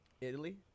italy